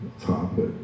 topic